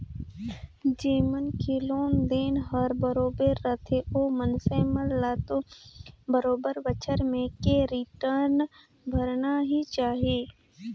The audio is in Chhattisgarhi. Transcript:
जेमन के लोन देन हर बरोबर रथे ओ मइनसे मन ल तो बरोबर बच्छर में के रिटर्न भरना ही चाही